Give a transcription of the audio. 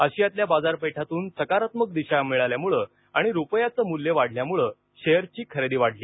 आशियातल्या बाजारपेठांतून सकारात्मक दिशा मिळाल्यामुळे आणि रुपयाचं मूल्य वाढल्यामुळं शेअरची खरेदी वाढली